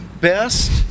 best